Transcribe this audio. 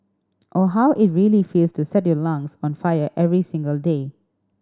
or how it really feels to set your lungs on fire every single day